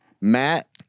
Matt